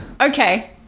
Okay